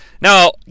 Now